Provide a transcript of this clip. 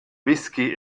whisky